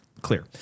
clear